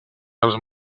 dels